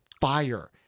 fire